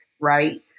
right